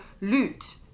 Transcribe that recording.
loot